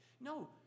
No